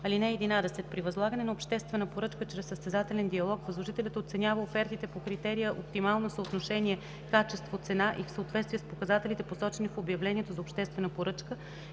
(11) При възлагане на обществена поръчка чрез състезателен диалог възложителят оценява офертите по критерия оптимално съотношение качество/цена и в съответствие с показателите, посочени в обявлението за обществена поръчка